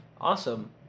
awesome